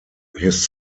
his